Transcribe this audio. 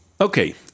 Okay